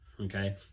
okay